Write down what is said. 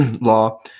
law